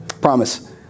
promise